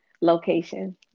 location